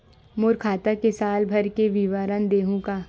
मोर खाता के साल भर के विवरण देहू का?